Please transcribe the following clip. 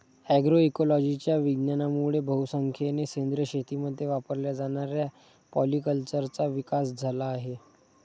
अग्रोइकोलॉजीच्या विज्ञानामुळे बहुसंख्येने सेंद्रिय शेतीमध्ये वापरल्या जाणाऱ्या पॉलीकल्चरचा विकास झाला आहे